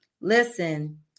Listen